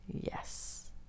Yes